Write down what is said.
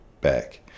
back